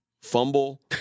fumble